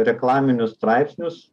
reklaminius straipsnius